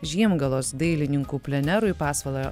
žiemgalos dailininkų plenerui pasvalio